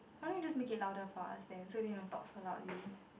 why don't you just make it louder for us then so you don't have to talk so loudly